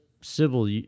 civil